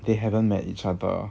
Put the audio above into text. they haven't met each other